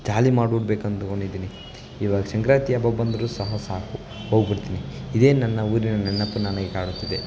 ಜಾಲಿ ಮಾಡ್ಬಿಡ್ಬೇಕು ಅಂದುಕೊಂಡಿದ್ದೀನಿ ಇವಾಗ ಸಂಕ್ರಾಂತಿ ಹಬ್ಬ ಬಂದರೂ ಸಹ ಸಾಕು ಹೋಗ್ಬಿಡ್ತೀನಿ ಇದೇ ನನ್ನ ಊರಿನ ನೆನಪು ನನಗೆ ಕಾಡುತ್ತಿದೆ